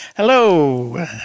Hello